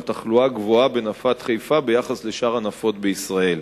על תחלואה גבוהה בנפת חיפה ביחס לשאר הנפות בישראל.